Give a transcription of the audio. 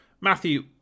Matthew